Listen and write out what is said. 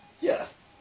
Yes